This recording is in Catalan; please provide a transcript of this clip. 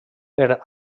per